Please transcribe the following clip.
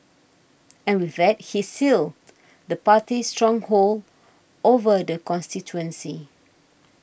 and with that he sealed the Party's stronghold over the constituency